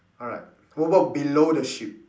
alright what about below the sheep